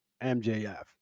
MJF